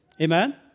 Amen